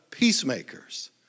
peacemakers